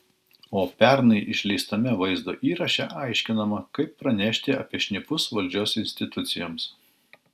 o pernai išleistame vaizdo įraše aiškinama kaip pranešti apie šnipus valdžios institucijoms